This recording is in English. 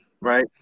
right